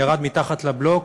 ירד מתחת לבלוק,